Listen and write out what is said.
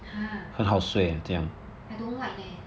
!huh! I don't like leh